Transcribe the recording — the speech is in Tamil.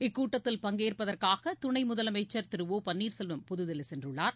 இக்கூட்டத்தில் பங்கேற்ப்பதற்காக துணை முதலமைச்சர் திரு ஓ பன்னீர் செல்வம் புதுதில்லி சென்றுள்ளார்